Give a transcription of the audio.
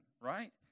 right